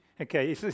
Okay